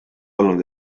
olnud